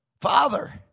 Father